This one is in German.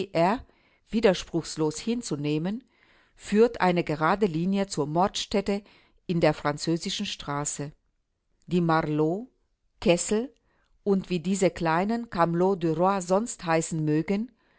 r widerspruchslos hinzunehmen führt eine gerade linie zur mordstätte in der französischen straße die marloh kessel und wie diese kleinen camelots du roi sonst heißen mögen